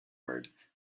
word